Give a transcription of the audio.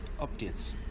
updates